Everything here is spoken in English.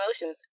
emotions